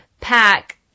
pack